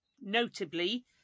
notably